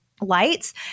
lights